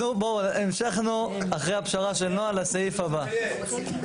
המשכנו אחרי הפשרה של נעה לסעיף הבא.